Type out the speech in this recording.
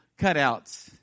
cutouts